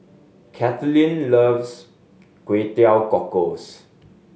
Kathaleen loves Kway Teow Cockles